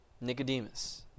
Nicodemus